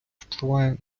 впливає